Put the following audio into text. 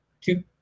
two